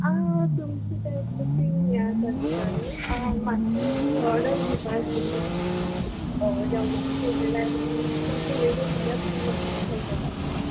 आं तुमची तें कुकींग हें आसा दिसता न्हू मात्शें ऑर्डर दिवपा आसतली जेवणाची म्हणल्यार तुमचो मेन्यू किदें आसा तें म्हाका मातशें कळटलो